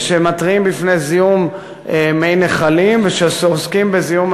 ושמתריעים מפני זיהום מי נחלים ושעוסקים בזיהום